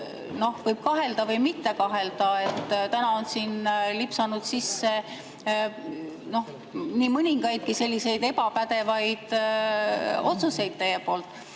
võib kahelda või mitte kahelda, aga täna on siin lipsanud sisse nii mõningadki sellised ebapädevad otsused teie poolt.